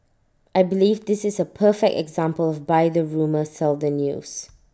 I believe this is A perfect example of buy the rumour sell the news